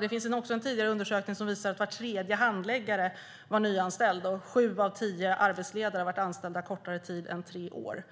Det finns också en tidigare undersökning som visar att var tredje handläggare är nyanställd, och sju av tio arbetsledare har varit anställda kortare tid än tre år.